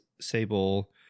sable